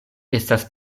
estas